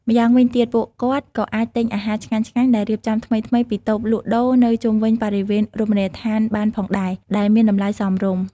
ម៉្យាងវិញទៀត ពួកគាត់ក៏អាចទិញអាហារឆ្ងាញ់ៗដែលរៀបចំថ្មីៗពីតូបលក់ដូរនៅជុំវិញបរិវេណរមណីយដ្ឋានបានផងដែរ ដែលមានតម្លៃសមរម្យ។